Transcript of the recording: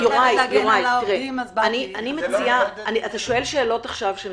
יוראי, אתה שואל שאלות שהן